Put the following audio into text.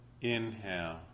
Inhale